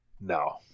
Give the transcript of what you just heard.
No